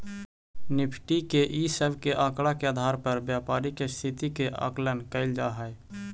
Nifty इ सब के आकड़ा के आधार पर व्यापारी के स्थिति के आकलन कैइल जा हई